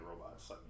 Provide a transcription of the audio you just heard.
robots